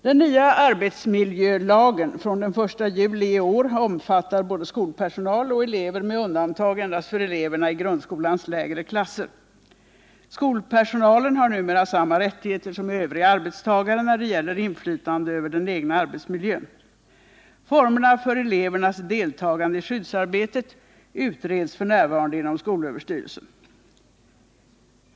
Den nya arbetsmiljölagen från den 1 juli i år omfattar både skolpersonal och elever med undantag endast för eleverna i grundskolans lägre klasser. Skolpersonalen har numera samma rättigheter som övriga arbetstagare när det gäller inflytande över den egna arbetsmiljön. Formerna för elevernas deltagande i skyddsarbetet utreds f. n. inom skolöverstyrelsen.